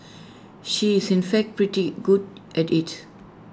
she is in fact pretty good at IT